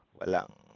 walang